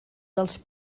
dels